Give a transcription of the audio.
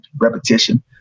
Repetition